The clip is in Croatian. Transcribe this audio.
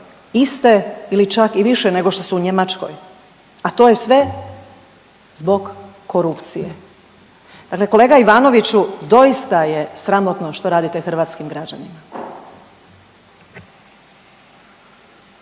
iste ili čak i više nego što su u Njemačkoj. A to je sve zbog korupcije. Dakle kolega Ivanoviću, doista je sramotno što radite hrvatskim građanima.